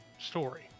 story